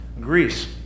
Greece